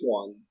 one